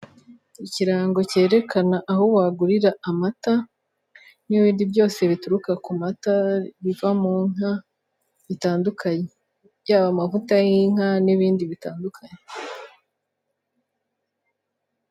Ikirango cyerekana aho wagurira amata n'ibindi byose bituruka ku mata biva mu nka bitandukanye, yaba amavuta y'inka n'ibindi bitandukanye.